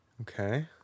Okay